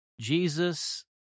Jesus